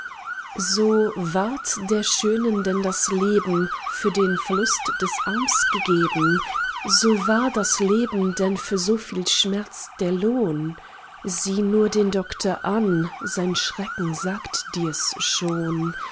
so ward der schönen denn das leben für den verlust des arms gegeben so war das leben denn für so viel schmerz der lohn sieh nur den doktor an sein schrecken sagt dirs schon